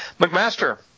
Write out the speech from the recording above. McMaster